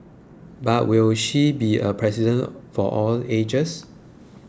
but will she be a president for all ages